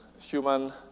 human